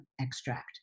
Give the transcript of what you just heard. extract